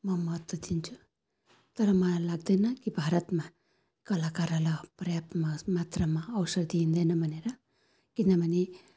म महत्व दिन्छु तर मलाई लाग्दैन कि भारतमा कलाकारहरूलाई पर्याप्त मात्रामा अवसर दिइँदैन भनेर किनभने